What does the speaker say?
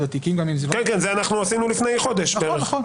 התיקים --- עשינו את זה לפני חודש בערך.